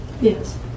Yes